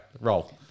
Roll